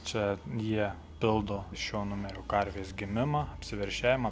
čia jie pildo šiuo numeriu karvės gimimą apsiveršiavimą